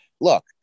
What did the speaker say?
look